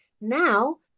Now